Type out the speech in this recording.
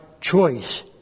choice